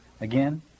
again